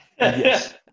Yes